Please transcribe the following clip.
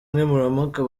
nkemurampaka